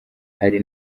hari